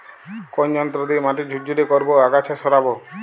কোন যন্ত্র দিয়ে মাটি ঝুরঝুরে করব ও আগাছা সরাবো?